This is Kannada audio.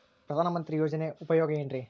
ಪ್ರಧಾನಮಂತ್ರಿ ಯೋಜನೆ ಉಪಯೋಗ ಏನ್ರೀ?